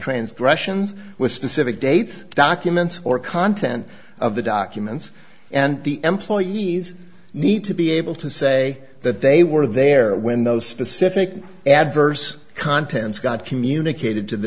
transgressions with specific dates documents or content of the documents and the employees need to be able to say that they were there when those specific adverse contents got communicated to the